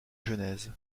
genèse